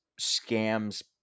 scam's